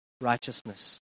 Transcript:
righteousness